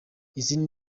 izindi